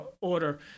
order